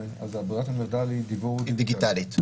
אז ברירת המחדל היא דיוור --- היא דיגיטלית,